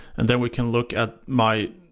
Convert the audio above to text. and then we can look at my